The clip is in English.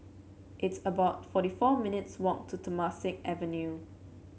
it's about forty four minutes walk to Temasek Avenue